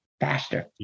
faster